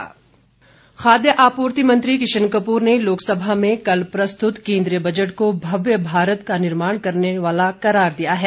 budget प्रतिक्रिया खाद्य आपूर्ति मंत्री किशन कपूर ने लोकसभा में कल प्रस्तुत केन्द्रीय बजट को भव्य भारत के निर्माण करने वाला करार दिया है